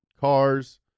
cars